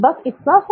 बस इतना सा